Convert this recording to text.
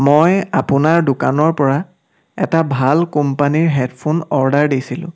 মই আপোনাৰ দোকানৰ পৰা এটা ভাল কোম্পানীৰ হেডফোন অৰ্ডাৰ দিছিলো